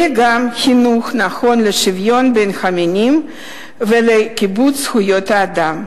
אלא גם חינוך נכון לשוויון בין המינים ולכיבוד זכויות האדם.